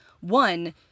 one